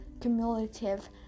cumulative